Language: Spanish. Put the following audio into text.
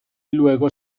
luego